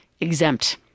exempt